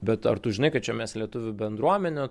bet ar tu žinai kad čia mes lietuvių bendruomenę